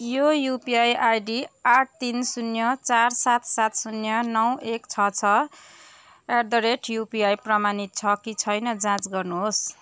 यो UPI ID आठ तिन शून्य चार सात सात शून्य नौ एक छ छ एट द रेट युपिआई प्रमाणित छ कि छैन जाँच गर्नुहोस्